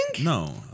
No